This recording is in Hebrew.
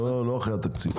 לא אחרי התקציב.